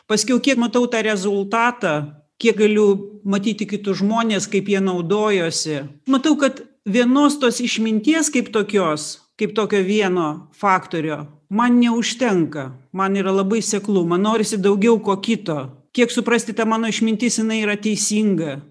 paskiau kiek matau tą rezultatą kiek galiu matyti kitus žmones kaip jie naudojosi matau kad vienos tos išminties kaip tokios kaip tokio vieno faktorio man neužtenka man yra labai seklu man norisi daugiau ko kito kiek suprasti ta mano išmintis jinai yra teisinga